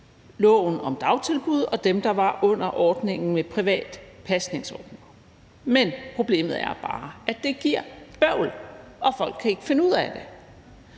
loven om dagtilbud, og dem, der var under ordningen med privat pasning. Men problemet er bare, at det giver bøvl, og at folk ikke kan finde ud af det.